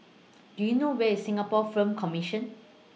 Do YOU know Where IS Singapore Film Commission